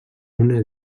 una